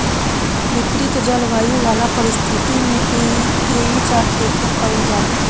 विपरित जलवायु वाला परिस्थिति में एइजा खेती कईल जाला